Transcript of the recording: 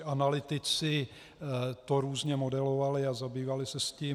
Analytici to různě modelovali, zabývali se tím.